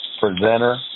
presenter